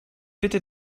bitte